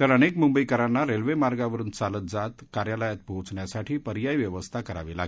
तर अनेक मुंबईकरांना रेल्वेमार्गावरुन चालत जात कार्यालयात पोहोचण्यासाठी पर्यायी व्यवस्था करावी लागली